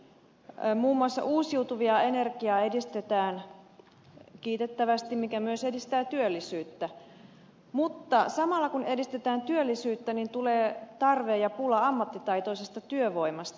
muun muassa uusiutuvaa energiaa edistetään kiitettävästi mikä myös edistää työllisyyttä mutta samalla kun edistetään työllisyyttä tulee tarve ja pula ammattitaitoisesta työvoimasta